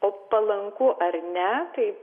o palanku ar ne tai